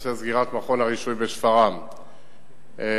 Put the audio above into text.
בנושא סגירת משרד הרישוי בשפרעם,